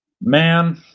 Man